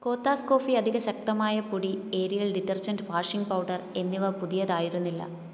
Kothas coffee അധിക ശക്തമായ പൊടി ഏരിയൽ ഡിറ്റർജൻറ് വാഷിംഗ് പൗഡർ എന്നിവ പുതിയതായിരുന്നില്ല